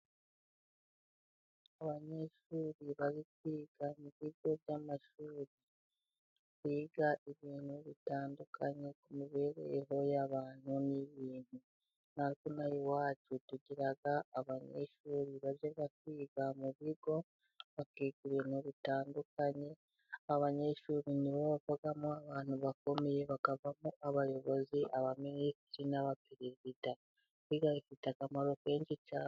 Abanyeshuri bari kwiga mu bigo by'amashuri, biga ibintu bitandukanye ku mibereho y'abantu n'ibintu, ntatwe inaha iwacu tugira abanyeshuri bajya kwiga mu bigo bakiga ibintu bitandukanye, abanyeshu nibo bavamo abantu bakomey,e bakavamo abayobozi, abaminisitiri n'abaperezida biga bifite akamaro kenshi cyane.